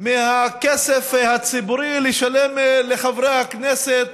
לשלם מהכסף הציבורי לחברי הכנסת